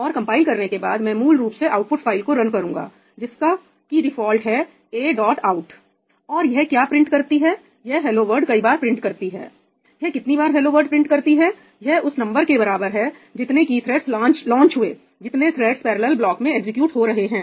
और कंपाइल करने के बाद मैं मूल रूप से आउटपुट फाइल को रन करूंगा जिसका की डिफॉल्ट है a dot out 'a dot out' और यह क्या प्रिंट करती है यह हेलो वर्ल्ड कई बार प्रिंट करती है यह कितनी बार हेलो वर्ड प्रिंट करती है यह उस नंबर के बराबर है जितने की थ्रेडस लांचlaunch हुए जितने थ्रेडस पैरेलल ब्लॉक में एग्जीक्यूट हो रहे हैं